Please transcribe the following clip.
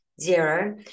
zero